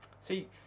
See